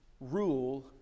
rule